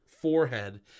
forehead